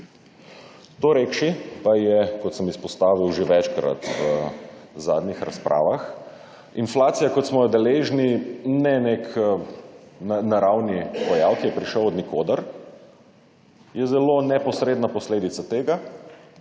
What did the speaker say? To rekši pa je, kot sem izpostavil že večkrat v zadnjih razpravah, inflacija kot smo je deležni ne nek naravni pojav, ki je prišel od nikoder. Je zelo neposredna posledica tega,